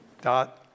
Dot